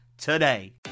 today